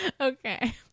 Okay